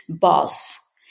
boss